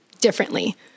differently